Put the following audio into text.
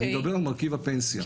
אני מדבר על מרכיב הפנסיה.